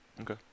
Okay